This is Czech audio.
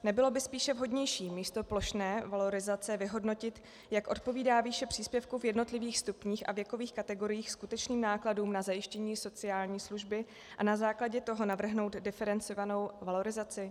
Nebylo by spíše vhodnější místo plošné valorizace vyhodnotit, jak odpovídá výše příspěvku v jednotlivých stupních a věkových kategoriích skutečným nákladům na zajištění sociální služby, a na základě toho navrhnout diferencovanou valorizaci?